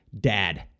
dad